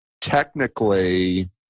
technically